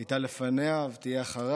היא הייתה לפניו, תהיה אחריו.